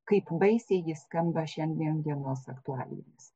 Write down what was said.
kaip baisiai ji skamba šiandien dienos aktualijomis